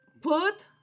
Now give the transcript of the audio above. Put